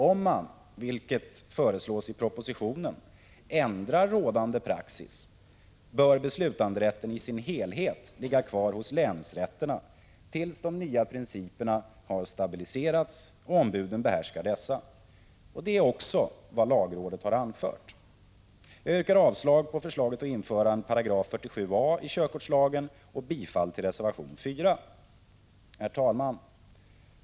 Om man, vilket föreslås i propositionen, ändrar rådande praxis, bör beslutanderätten i sin helhet ligga kvar hos länsrätterna tills de nya principerna har stabiliserats och ombuden behärskar dessa. Detta är också vad lagrådet har anfört. Jag yrkar avslag på förslaget att införa en ny paragraf, 47 a§, i körkortslagen och bifall till reservation 4. Herr talman!